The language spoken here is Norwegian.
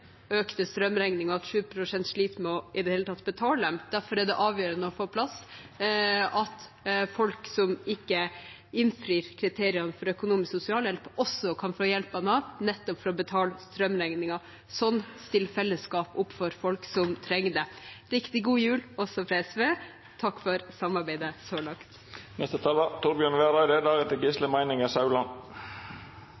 økte strømregninger, og at 7 pst. sliter med i det hele tatt å betale dem. Derfor er det avgjørende å få på plass at folk som ikke innfrir kriteriene for økonomisk sosialhjelp, også kan få hjelp av Nav til nettopp å betale strømregningene. Slik stiller fellesskapet opp for folk som trenger det. Riktig god jul også fra SV – takk for samarbeidet